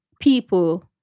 people